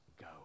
go